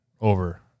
over